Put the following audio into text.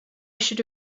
should